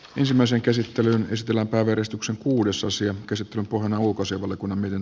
ensimmäisen käsittelyn ristillä vedostuksen kuudes asian käsittelyn pohjana joko se oli kun menen